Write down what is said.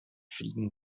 fliegen